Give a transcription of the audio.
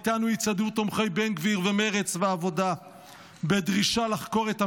איתנו יצעדו תומכי בן גביר ומרצ והעבודה בדרישה לחקור את המחדל.